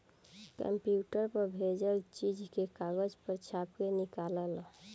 computer पर भेजल चीज के कागज पर छाप के निकाल ल